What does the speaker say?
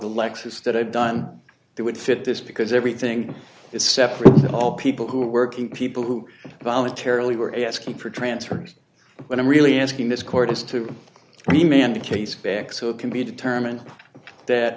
the lexus that i've done that would fit this because everything is separate that all people who are working people who voluntarily were asking for transfers what i'm really asking this court is to remain on the case back so it can be determined that